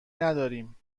نداریم